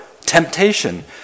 temptation